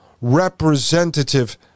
representative